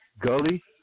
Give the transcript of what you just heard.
Gully